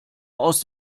aus